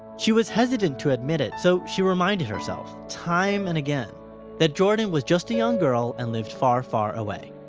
she was hesitant to admit it so, she reminded herself, time and again that jordan was just a young girl and lived far far away.